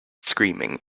screaming